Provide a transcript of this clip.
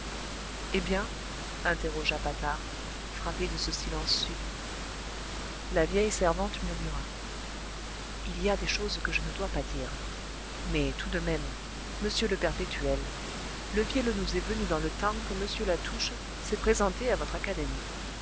eh bien interrogea patard frappé de ce silence subit la vieille servante murmura il y a des choses que je ne dois pas dire mais tout de même monsieur le perpétuel le vielleux nous est venu dans le temps que m latouche s'est présenté à votre académie